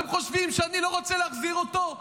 אתם חושבים שאני לא רוצה להחזיר אותו?